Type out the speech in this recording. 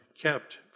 kept